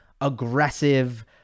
aggressive